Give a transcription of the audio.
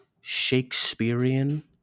Shakespearean